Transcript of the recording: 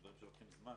זה דברים שלוקחים זמן.